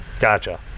Gotcha